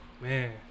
Man